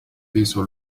viso